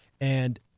and-